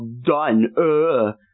done